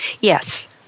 Yes